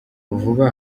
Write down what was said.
vuba